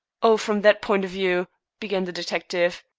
oh, from that point of view began the detective.